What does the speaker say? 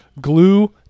glue